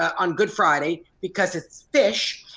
on good friday, because it's fish.